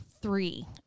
three